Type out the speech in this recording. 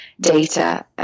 data